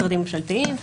משרדים ממשלתיים,